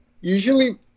Usually